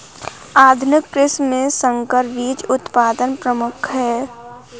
आधुनिक कृषि में संकर बीज उत्पादन प्रमुख है